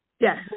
Yes